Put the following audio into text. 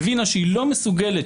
הבינה שהיא לא מסוגלת,